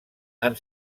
han